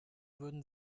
würden